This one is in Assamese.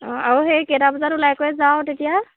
অঁ আৰু সেই কেইটা বজাত ওলাই কৰি যাৱ তেতিয়া